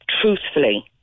truthfully